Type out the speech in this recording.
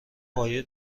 پایه